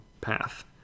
path